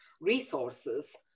resources